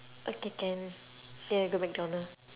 okay can ya we go mcdonald